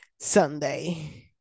Sunday